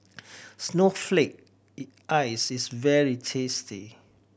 snowflake ice is very tasty